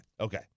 Okay